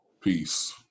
Peace